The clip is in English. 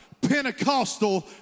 Pentecostal